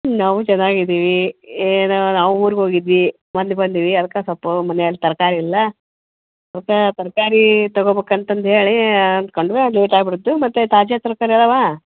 ಹ್ಞೂ ನಾವು ಚೆನ್ನಾಗಿದೀವಿ ಏನೋ ನಾವು ಊರಿಗೋಗಿದ್ವಿ ಮೊನ್ನೆ ಬಂದ್ವಿ ಅದಕ್ಕೆ ಸ್ವಲ್ಪ ಮನೆಯಲ್ಲಿ ತರಕಾರಿ ಇಲ್ಲ ಸ್ವಲ್ಪ ತರಕಾರಿ ತಗೊಬೇಕ್ ಅಂತಂದು ಹೇಳಿ ಅಂದುಕೊಂಡ್ವಿ ಅದು ಲೇಟಾಗಿಬಿಡ್ತು ಮತ್ತು ತಾಜಾ ತರಕಾರಿ ಇದವಾ